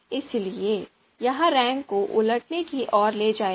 इसलिए यह रैंक को उलटने की ओर ले जाएगा